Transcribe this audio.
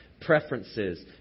Preferences